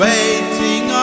Waiting